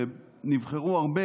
ונבחרו הרבה